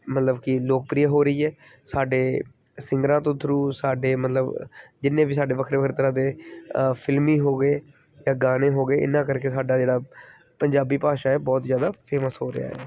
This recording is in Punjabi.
ਮਤਲਬ ਕਿ ਲੋਕਪ੍ਰਿਅ ਹੋ ਰਹੀ ਹੈ ਸਾਡੇ ਸਿੰਗਰਾਂ ਤੋਂ ਥਰੂ ਸਾਡੇ ਮਤਲਬ ਜਿੰਨੇ ਵੀ ਸਾਡੇ ਵੱਖਰੇ ਵੱਖਰੇ ਤਰ੍ਹਾਂ ਦੇ ਫਿਲਮੀ ਹੋ ਗਏ ਜਾਂ ਗਾਣੇ ਹੋ ਗਏ ਇਹਨਾਂ ਕਰਕੇ ਸਾਡਾ ਜਿਹੜਾ ਪੰਜਾਬੀ ਭਾਸ਼ਾ ਹੈ ਬਹੁਤ ਜ਼ਿਆਦਾ ਫੇਮਸ ਹੋ ਰਿਹਾ ਹੈ